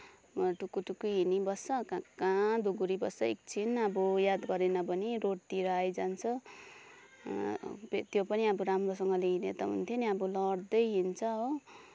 टुकुटुकु हिँडी बस्छ कहाँ कहाँ दगुरी बस्छ एकछिन अब याद गरेन भने रोडतिर आइजान्छ त्यो पनि राम्रोसँगले हिँडे त हुन्थ्यो नि अब लड्दै हिँड्छ हो